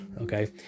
Okay